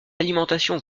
alimentation